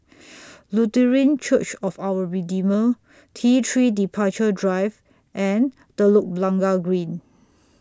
Lutheran Church of Our Redeemer T three Departure Drive and Telok Blangah Green